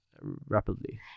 rapidly